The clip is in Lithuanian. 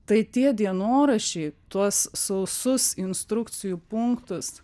tai tie dienoraščiai tuos sausus instrukcijų punktus